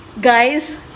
Guys